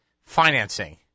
financing